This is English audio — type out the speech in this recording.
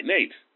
Nate